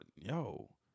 yo